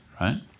right